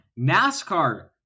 NASCAR